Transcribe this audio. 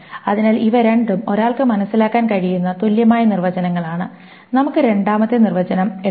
അതിനാൽ ഇവ രണ്ടും ഒരാൾക്ക് മനസ്സിലാക്കാൻ കഴിയുന്ന തുല്യമായ നിർവചനങ്ങളാണ് നമുക്ക് രണ്ടാമത്തെ നിർവചനം എടുക്കാം